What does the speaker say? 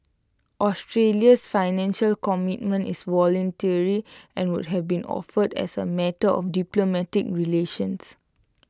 Australia's Financial Commitment is voluntary and would have been offered as A matter of diplomatic relations